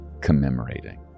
commemorating